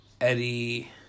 Eddie